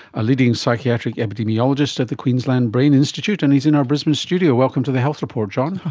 a leading psychiatric epidemiologist at the queensland brain institute, and he's in our brisbane studio. welcome to the health report, john.